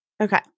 okay